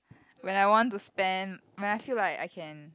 when I want to spend when I feel like I can